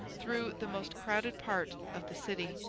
through the most crowded part of the city.